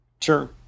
Sure